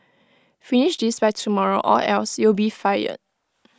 finish this by tomorrow or else you'll be fired